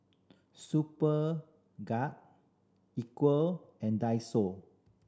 Superga Equal and Daiso